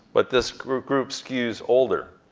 but this group group skews older,